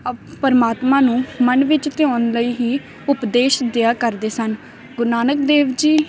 up ਪਰਮਾਤਮਾ ਨੂੰ ਮਨ ਵਿੱਚ ਧਿਆਉਣ ਲਈ ਹੀ ਉਪਦੇਸ਼ ਦਿਆ ਕਰਦੇ ਸਨ ਗੁਰੂ ਨਾਨਕ ਦੇਵ ਜੀ